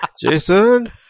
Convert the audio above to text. Jason